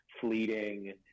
fleeting